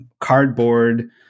cardboard